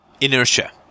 Inertia